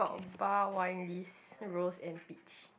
bar wine list rose and peach